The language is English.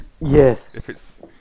Yes